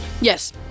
yes